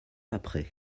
après